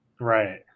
Right